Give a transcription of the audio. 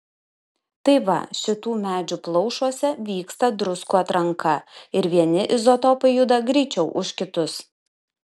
tai va šitų medžių plaušuose vyksta druskų atranka ir vieni izotopai juda greičiau už kitus